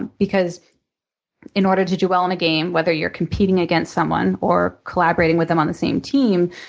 and because in order to do well in a game, whether you're competing against someone or collaborating with them on the same team,